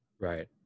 right